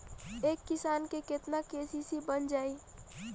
एक किसान के केतना के.सी.सी बन जाइ?